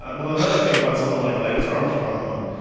ah but and then i think about someone like lance armstrong,